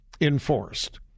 enforced